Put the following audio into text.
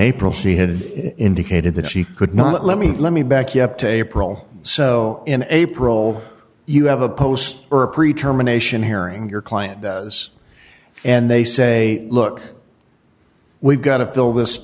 april she had indicated that she could not let me let me back yep tape roll so in april you have a post her pre term anation hearing your client does and they say look we've got to fill this